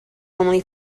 only